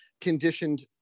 conditioned